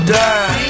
die